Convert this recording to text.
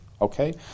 Okay